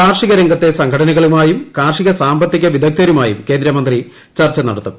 കാർഷിക രംഗത്തെ സംഘടനകളുമായും കാർഷിക സാമ്പത്തിക വിദഗ്ധരുമായും കേന്ദ്രമന്ത്രി ചർച്ച നടത്തും